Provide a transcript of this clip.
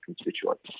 constituents